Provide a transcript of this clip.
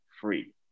free